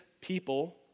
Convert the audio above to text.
people